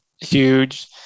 huge